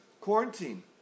quarantine